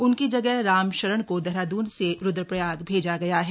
उनकी जगह रामशरण को देहरादून से रुद्रप्रयाग भेजा गया है